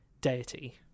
deity